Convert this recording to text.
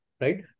right